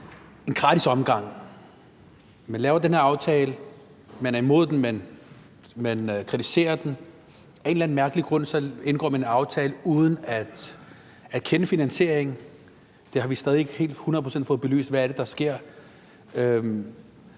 en gratis omgang. Man laver den her aftale, man er imod den, man kritiserer den, men af en eller anden mærkelig grund indgår man en aftale uden at kende finansieringen. Vi har stadig væk ikke helt hundrede procent fået belyst, hvad det er, der